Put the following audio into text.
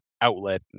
outlet